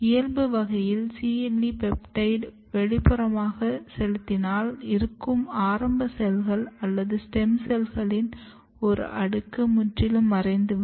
இயல்பு வகையில் CLE பெப்டைட்டை வெளிப்புறமாக செலுத்தினால் இருக்கும் ஆரம்ப செல்கள் அல்லது ஸ்டெம் செல்களின் ஒரு அடுக்கு முற்றிலும் மறைந்துவிடும்